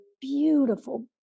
beautiful